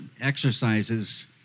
exercises